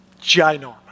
ginormous